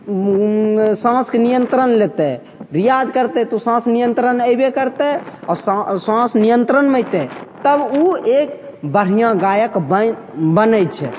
साँसके नियन्त्रण लेतै रिआज करतै तऽ ओ साँस नियन्त्रण अएबे करतै आओर साँ साँस नियन्त्रणमे अएतै तब ओ एक बढ़िआँ गायक बनि बनै छै